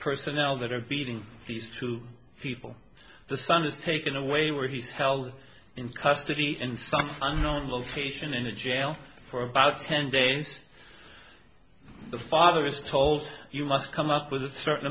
personnel that are beating these two people the son is taken away where he's held in custody in some unknown location in a jail for about ten days the father is told you must come up with a certain